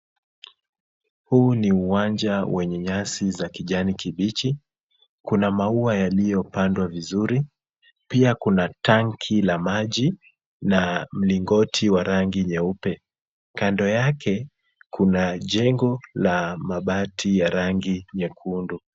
Huu ni uwanja wenye nyasi za kijani kibichi, kuna maua yaliyopandwa vizuri, pia kuna tanki la maji na mlingoti wa rangi nyeupe. Kando yake, kuna jengo la mabati ya rangi nyekundu.